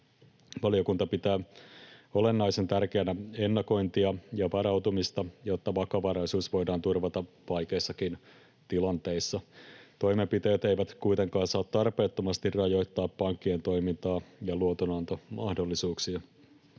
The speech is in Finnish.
Valiokunta pitää olennaisen tärkeänä ennakointia ja varautumista, jotta vakavaraisuus voidaan turvata vaikeissakin tilanteissa. Toimenpiteet eivät kuitenkaan saa tarpeettomasti rajoittaa pankkien toimintaa ja luotonantomahdollisuuksia.